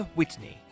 Whitney